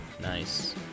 Nice